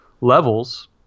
levels